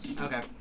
okay